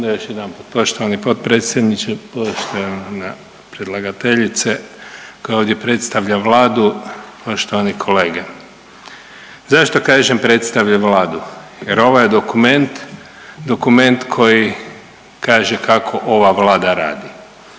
poštovani potpredsjedniče, poštovana predlagateljice koja ovdje predstavlja Vladu, poštovani kolege, zašto kažem predstavlja Vladu jer ovaj je dokument, dokument koji kaže kako ova Vlada radi.